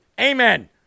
Amen